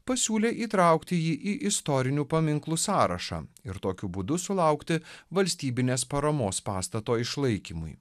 pasiūlė įtraukti jį į istorinių paminklų sąrašą ir tokiu būdu sulaukti valstybinės paramos pastato išlaikymui